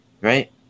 right